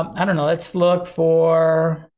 um i don't know, let's look for